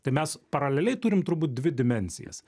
tai mes paraleliai turim turbūt dvi dimensijas